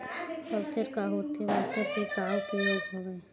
Voucher का होथे voucher के का उपयोग हवय?